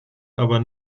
aber